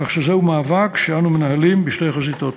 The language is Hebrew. כך שזהו מאבק שאנו מנהלים בשתי חזיתות.